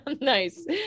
Nice